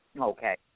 okay